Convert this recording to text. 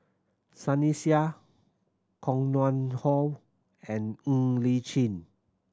Sunny Sia Koh Nguang How and Ng Li Chin